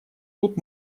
тут